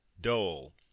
dole